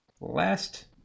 last